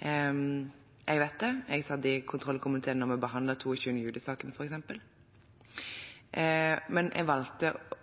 Jeg vet det. Jeg satt i kontrollkomiteen da vi behandlet 22. juli-saken, f.eks. Som saksordfører mener jeg,